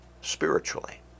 spiritually